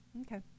Okay